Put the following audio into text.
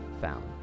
found